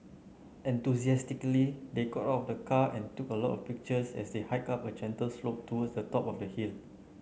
enthusiastically they got out of the car and took a lot of pictures as they hiked up a gentle slope towards the top of the hill